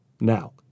Now